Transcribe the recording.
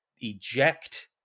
eject